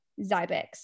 Zybex